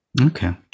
Okay